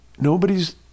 nobody's